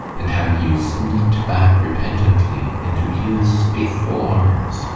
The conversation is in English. and how you sneaked back repentantly into his faithful arms.